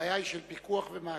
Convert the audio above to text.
הבעיה היא של פיקוח ומעקב.